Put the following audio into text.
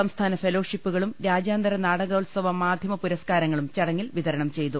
സംസ്ഥാന ഫെലോഷിപ്പുകളും രാജ്യാന്തര നാടകോത്സവ മാധ്യമ പുരസ്കാർങ്ങളും ചടങ്ങിൽ വിതരണം ചെയ്തു